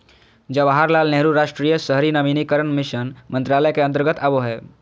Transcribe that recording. जवाहरलाल नेहरू राष्ट्रीय शहरी नवीनीकरण मिशन मंत्रालय के अंतर्गत आवो हय